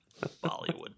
Bollywood